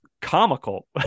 comical